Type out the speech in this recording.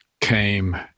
came